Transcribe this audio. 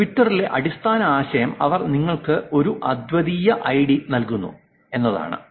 ട്വിറ്ററിലെ അടിസ്ഥാന ആശയം അവർ നിങ്ങൾക്ക് ഒരു അദ്വിതീയ ഐഡി നൽകുന്നു എന്നതാണ്